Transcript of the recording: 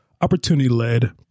opportunity-led